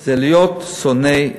זה להיות שונאי דת.